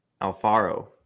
Alfaro